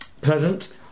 Pleasant